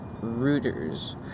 rooters